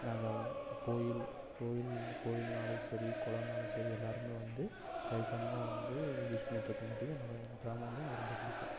நாங்கள் கோவில் கோவில் கோவில்னாலும் சரி குளோன்னாலும் சரி எல்லோருமே வந்து சரி சமமாக வந்து யூஸ் பண்ணிகிட்டு இருக்கங்காட்டியும் என்னுடைய என் கிராமம் வந்து எனக்கு ரொம்ப பிடிக்கும்